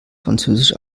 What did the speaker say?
französisch